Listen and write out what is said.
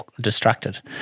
distracted